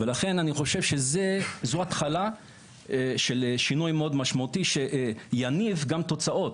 לכן אני חושב שזו התחלה של שינוי מאוד משמעותי שיניב גם תוצאות.